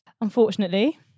Unfortunately